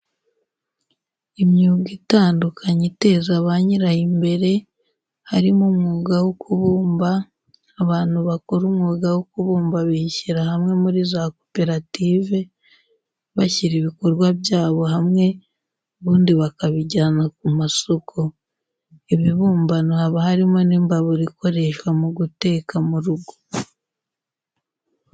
Imyuga itandukanye iteza ba nyirayo imbere, harimo umwuga wo kubumba, abantu bakora umwuga wo kubumba bishyira hamwe muri za koperative, bashyira ibikorwa byabo hamwe ubundi bakabijyana ku masoko. Ibibumbano haba harimo n'imbabura ikoreshwa mu guteka mu rugo.